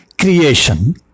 creation